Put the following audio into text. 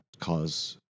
cause